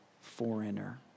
foreigner